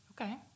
Okay